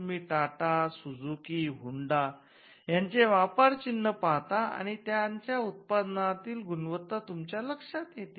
तुम्ही Tata Suzuki Honda याचे व्यापर चिन्ह पाहता आणि त्यांच्या उत्पादनातील गुणवत्ता तुमच्या लक्षात येते